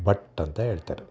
but ಅಂತ ಹೇಳ್ತಾರೆ